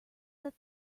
that